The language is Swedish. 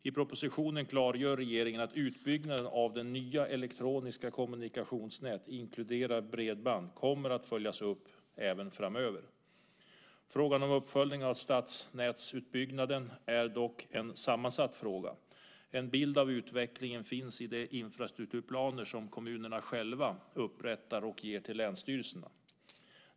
I propositionen klargör regeringen att utbyggnaden av nya elektroniska kommunikationsnät inkluderande bredband kommer att följas upp även framöver. Frågan om uppföljning av stadsnätsutbyggnaden är dock en sammansatt fråga. En bild av utvecklingen finns i de infrastrukturplaner som kommunerna själva upprättar och ger in till länsstyrelserna.